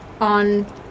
on